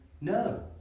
No